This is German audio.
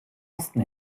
osten